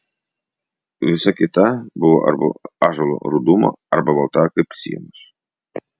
visa kita buvo arba ąžuolo rudumo arba balta kaip sienos